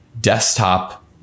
desktop